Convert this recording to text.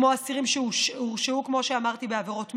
כמו אסירים שהורשעו, כמו שאמרתי, בעבירות מין,